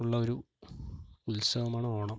ഉള്ള ഒരു ഉത്സവമാണ് ഓണം